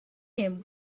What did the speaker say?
him